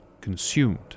consumed